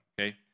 okay